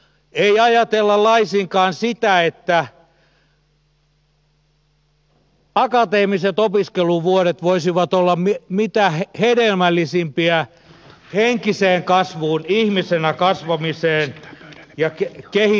ei ajatella laisinkaan sitä että akateemiset opiskeluvuodet voisivat olla mitä hedelmällisimpiä henkiseen kasvuun ihmisenä kasvamiseen ja kehittymiseen